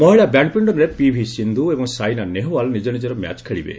ମହିଳା ବ୍ୟାଡ୍ମିଣ୍ଟନରେ ପିଭି ସିନ୍ଧୁ ଓ ସାଇନା ନେହୱାଲ ନିଜ ନିଜର ମ୍ୟାଚ୍ ଖେଳିବେ